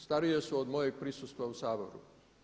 Starije su od mojeg prisustva u Saboru.